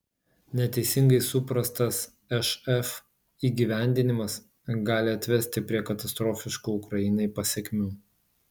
neteisingai suprastas šf įgyvendinimas gali atvesti prie katastrofiškų ukrainai pasekmių